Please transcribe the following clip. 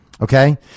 Okay